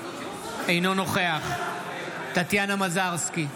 אינו נוכח טטיאנה מזרסקי,